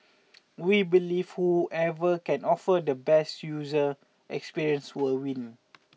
we believe whoever can offer the best user experience will win